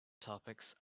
topics